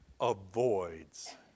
avoids